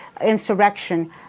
insurrection